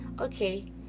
okay